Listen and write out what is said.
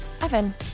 evan